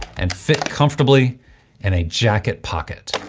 and fit comfortably in a jacket pocket.